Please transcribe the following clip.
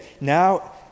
now